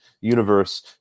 universe